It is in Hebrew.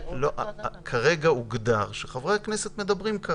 כרגע הוגדר שחברי הכנסת מדברים.